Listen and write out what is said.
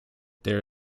there